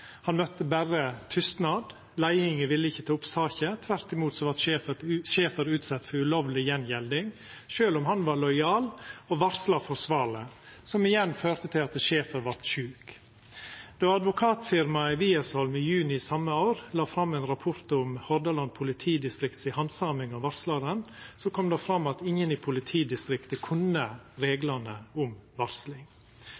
Han møtte berre tystnad, leiinga ville ikkje ta opp saka. Tvert imot vart Schaefer utsett for ulovleg gjengjelding, sjølv om han var lojal og varsla forsvarleg, som igjen førte til at Schaefer vart sjuk. Då Advokatfirmaet Wiersholm i juni same år la fram ein rapport om Hordaland politidistrikts handsaming av varslaren, kom det fram at ingen i politidistriktet kunne